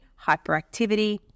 hyperactivity